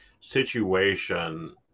situation